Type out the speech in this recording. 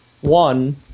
one